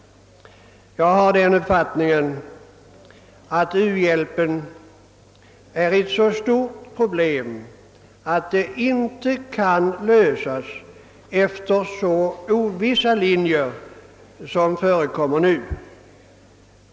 Jag har den åsikten att u-hjälpen är ett så stort problem att det inte kan lösas enligt så ovissa linjer som förekommer nu.